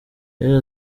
yagize